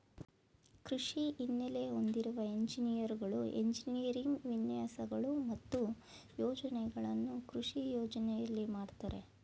ಕೃಷಿ ಹಿನ್ನೆಲೆ ಹೊಂದಿರುವ ಎಂಜಿನಿಯರ್ಗಳು ಎಂಜಿನಿಯರಿಂಗ್ ವಿನ್ಯಾಸಗಳು ಮತ್ತು ಯೋಜನೆಗಳನ್ನು ಕೃಷಿ ಯೋಜನೆಯಲ್ಲಿ ಮಾಡ್ತರೆ